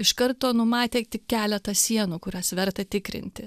iš karto numatė tik keletą sienų kurias verta tikrinti